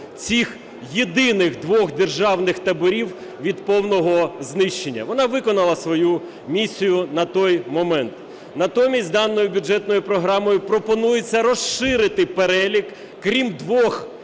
цих єдиних двох державних таборів від повного знищення. Вона виконала свою місію на той момент. Натомість даною бюджетною програмою пропонується розширити перелік, крім двох,